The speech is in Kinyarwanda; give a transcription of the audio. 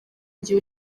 gihe